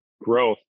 growth